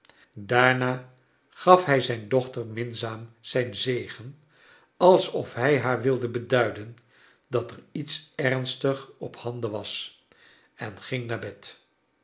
daarna gaf hij zijn dochter minzaam zijn zegen alsof hij haar wilde be duiden dat er iets ernstigs op handen was en ging naar bed